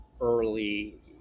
early